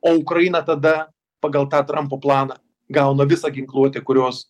o ukraina tada pagal tą trampo planą gauna visą ginkluotę kurios